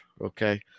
Okay